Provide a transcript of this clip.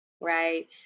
right